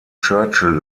churchill